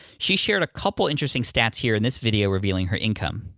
she shared a couple interesting stats here in this video revealing her income.